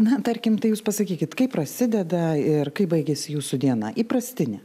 na tarkim tai jūs pasakykit kaip prasideda ir kaip baigiasi jūsų diena įprastinė